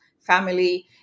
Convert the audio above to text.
family